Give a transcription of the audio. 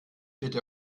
bitte